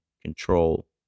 control